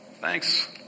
Thanks